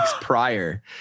prior